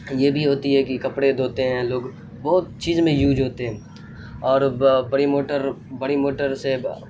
یہ بھی ہوتی ہے کہ کپڑے دھوتے ہیں لوگ بہت چیز میں یوج ہوتے ہیں اور بڑی موٹر بڑی موٹر سے